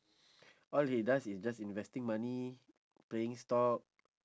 all he does is just investing money playing stock